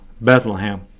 Bethlehem